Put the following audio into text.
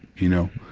you know,